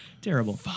terrible